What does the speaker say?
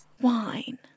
Wine